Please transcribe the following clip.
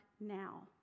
now